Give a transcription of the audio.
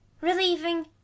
relieving